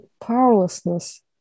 powerlessness